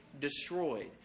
destroyed